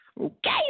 Okay